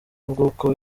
bw’uko